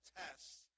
tests